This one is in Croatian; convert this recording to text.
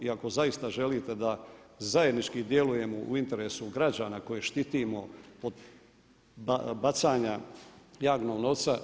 I ako zaista želite da zajednički djelujemo u interesu građana koje štitimo od bacanja javnog novca.